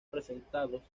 presentados